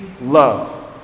love